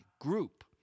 group